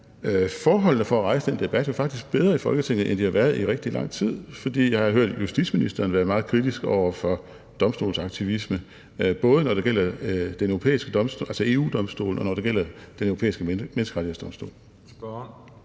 forholdene for at rejse den debat faktisk bedre i Folketinget, end de har været i rigtig lang tid, for jeg har hørt justitsministeren være meget kritisk over for domstolsaktivisme, både når det gælder EU-Domstolen og det gælder Den Europæiske Menneskerettighedsdomstol.